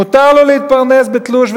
מותר לו להתפרנס בתלוש,